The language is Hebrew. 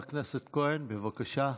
חבר הכנסת כהן, בבקשה.